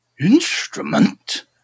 instrument